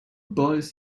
boys